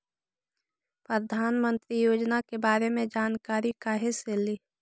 प्रधानमंत्री योजना के बारे मे जानकारी काहे से ली?